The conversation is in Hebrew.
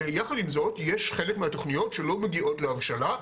יחד עם זאת יש חלק מהתוכניות שלא מגיעות להבשלה,